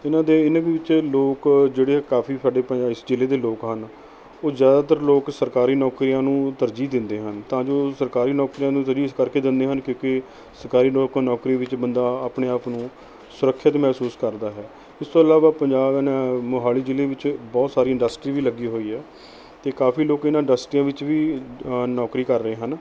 ਇਹਨਾਂ ਦੇ ਇਨ੍ਹਾਂ ਕੁ ਵਿੱਚ ਲੋਕ ਜਿਹੜੇ ਹੈ ਕਾਫੀ ਸਾਡੇ ਪ ਜ਼ਿਲ੍ਹੇ ਦੇ ਲੋਕ ਹਨ ਉਹ ਜ਼ਿਆਦਾਤਰ ਲੋਕ ਸਰਕਾਰੀ ਨੌਕਰੀਆਂ ਨੂੰ ਤਰਜੀਹ ਦਿੰਦੇ ਹਨ ਤਾਂ ਜੋ ਸਰਕਾਰੀ ਨੌਕਰੀਆਂ ਨੂੰ ਤਰਜੀਹ ਇਸ ਕਰਕੇ ਦਿੰਦੇ ਹਨ ਕਿਉਂਕਿ ਸਰਕਾਰੀ ਨੌਕ ਨੌਕਰੀ ਵਿੱਚ ਬੰਦਾ ਆਪਣੇ ਆਪ ਨੂੰ ਸੁਰੱਖਿਅਤ ਮਹਿਸੂਸ ਕਰਦਾ ਹੈ ਇਸ ਤੋਂ ਇਲਾਵਾ ਪੰਜਾਬ ਨੇ ਮੋਹਾਲੀ ਜ਼ਿਲ੍ਹੇ ਵਿੱਚ ਬਹੁਤ ਸਾਰੀ ਇੰਡਸਟਰੀ ਵੀ ਲੱਗੀ ਹੋਈ ਹੈ ਅਤੇ ਕਾਫੀ ਲੋਕ ਇਹਨਾਂ ਇੰਡਸਟਰੀਆਂ ਵਿੱਚ ਵੀ ਨੌਕਰੀ ਕਰ ਰਹੇ ਹਨ